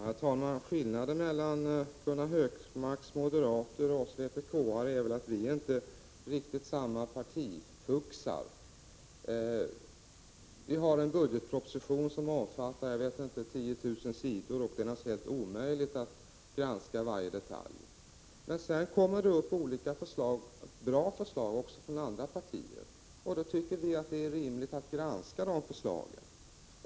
Herr talman! Skillnaden mellan Gunnar Hökmark och hans moderater och oss vpk-are är väl att vi inte på riktigt samma sätt som moderaterna är ”partifuxar”. Vi har en budgetproposition som omfattar kanske 10 000 sidor, och det är naturligtvis omöjligt att granska varje detalj i den. Men sedan kommer det fram olika förslag — ibland bra förslag — också från andra partier, och då tycker vi att det är rimligt att granska dem.